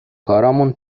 کارامون